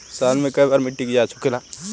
साल मे केए बार मिट्टी के जाँच होखेला?